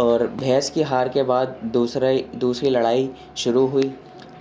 اور بھینس کی ہار کے بعد دوسرے دوسری لڑائی شروع ہوئی